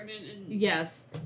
Yes